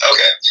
Okay